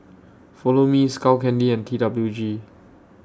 Follow Me Skull Candy and T W G